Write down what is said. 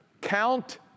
Count